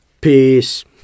Peace